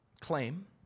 claim